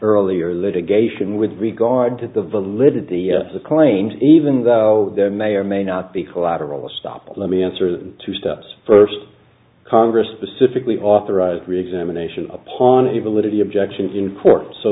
earlier litigation with regard to the validity of the claims even though there may or may not be collateral estoppel let me answer the two steps first congress specifically authorized reexamination upon a validity objection